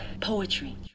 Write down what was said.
poetry